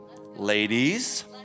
Ladies